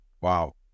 Wow